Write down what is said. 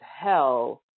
hell